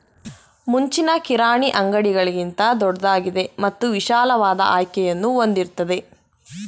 ಮುಂಚಿನ ಕಿರಾಣಿ ಅಂಗಡಿಗಳಿಗಿಂತ ದೊಡ್ದಾಗಿದೆ ಮತ್ತು ವಿಶಾಲವಾದ ಆಯ್ಕೆಯನ್ನು ಹೊಂದಿರ್ತದೆ